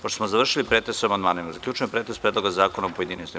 Pošto smo završili pretres o amandmanima, zaključujem pretres Predloga zakona u pojedinostima.